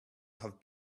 have